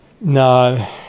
No